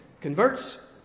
converts